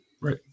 Right